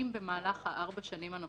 אם במהלך ארבע השנים הנוספות,